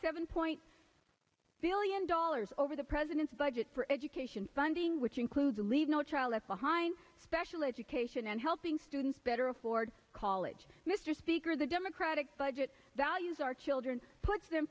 seven point two million dollars over the president's budget for education funding which includes a leave no child left behind special education and helping students better afford college mr speaker the democratic budget values our children puts them